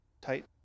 Tight